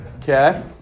Okay